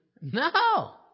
No